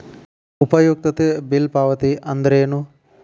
ಉಪಯುಕ್ತತೆ ಬಿಲ್ ಪಾವತಿ ಅಂದ್ರೇನು?